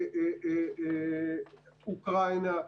אוקראינה.